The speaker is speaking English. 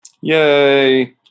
Yay